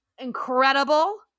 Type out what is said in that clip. incredible